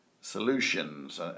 solutions